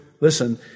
listen